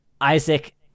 isaac